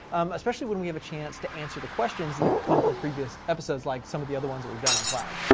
especially when we have a chance to answer the questions that have come from previous episodes, like some of the other ones that we've done on cloud.